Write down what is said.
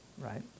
right